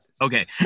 okay